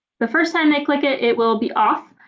the first time they click it, it will be off.